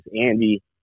Andy